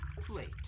plate